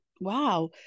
wow